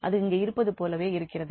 அது இங்கு இருப்பது போலவே இருக்கிறது